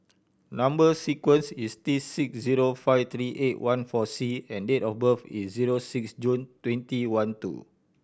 number sequence is T six zero five three eight one four C and date of birth is zero six June twenty one two